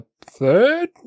third